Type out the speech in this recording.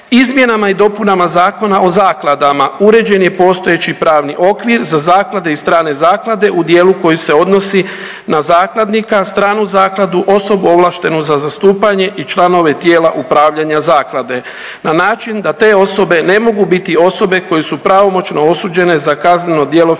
Izmjenama i dopunama Zakona o zakladama uređen je postojeći pravni okvir za zaklade i strane zaklade u dijelu koji se odnosi na zakladnika, stranu zakladu, osobu ovlaštenu za zastupanje i članove tijela upravljanja zaklade na način da te osobe ne mogu biti osobe koje su pravomoćno osuđene za kazneno djelo financiranja